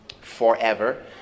forever